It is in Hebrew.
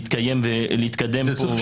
שהיא תמשיך להתקיים ולהתקדם פה.